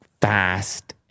fast